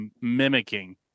mimicking